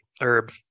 herb